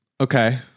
Okay